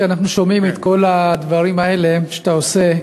כשאנחנו שומעים את כל הדברים האלה שאתה עושה,